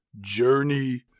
Journey